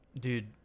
dude